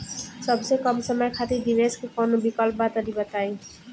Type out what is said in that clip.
सबसे कम समय खातिर निवेश के कौनो विकल्प बा त तनि बताई?